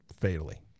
fatally